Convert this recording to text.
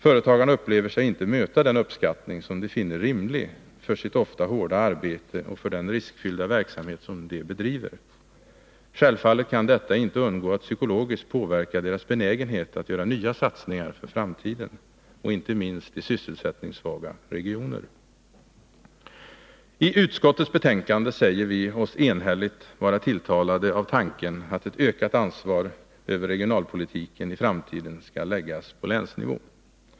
Företagarna upplever sig inte möta den uppskattning som de finner rimlig för sitt ofta hårda arbete och för den riskfyllda verksamhet som de bedriver. Självfallet kan detta inte undgå att psykologiskt påverka deras benägenhet att göra nya satsningar för framtiden och inte minst i sysselsättningssvaga regioner. I utskottets betänkande säger vi oss enhälligt vara tilltalade av tanken att ett ökat ansvar för regionalpolitiken i framtiden skall läggas på länsnivå.